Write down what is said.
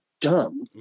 dumb